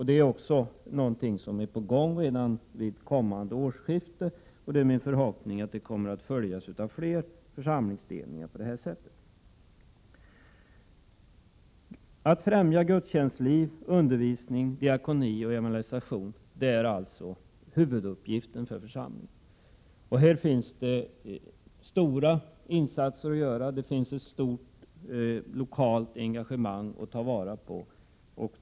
Det är också någonting som är på gång redan vid kommande årsskifte, och det är min förhoppning att detta kommer att följas av fler församlingsdelningar. Att främja gudstjänstliv, undervisning, diakoni och evangelisation är alltså huvuduppgiften för församlingen. Här finns det stora insatser att göra, och det finns ett stort lokalt engagemang att ta vara på.